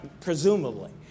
presumably